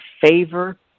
favor